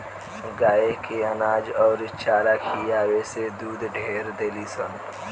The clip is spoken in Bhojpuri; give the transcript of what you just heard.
गाय के अनाज अउरी चारा खियावे से दूध ढेर देलीसन